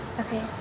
Okay